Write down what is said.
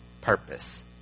purpose